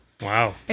Wow